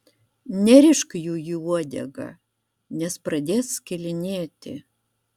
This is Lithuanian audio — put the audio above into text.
nerišk jų į uodegą nes pradės skilinėti